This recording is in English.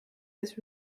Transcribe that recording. his